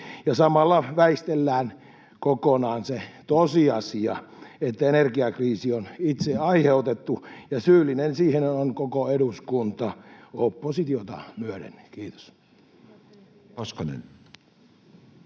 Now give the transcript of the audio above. samalla väistellään kokonaan se tosiasia, että energiakriisi on itse aiheutettu ja syyllinen siihen on koko eduskunta oppositiota myöden. — Kiitos.